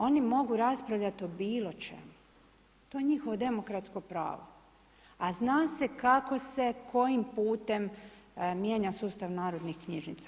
Oni mogu raspravljati o bilo čemu, to je njihovo demokratsko pravo, a zna se kako se, kojim putem mijenja sustav narodnih knjižnica.